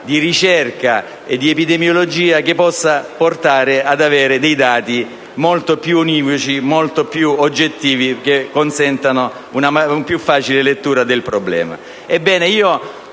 di ricerca e di epidemiologia che possa portare a dati molto più univoci ed oggettivi, che consentano una più facile lettura del problema.